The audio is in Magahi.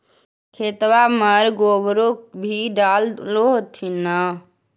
खेतबा मर गोबरो भी डाल होथिन न?